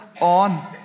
on